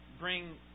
bring